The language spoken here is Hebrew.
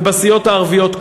ובסיעות הערביות,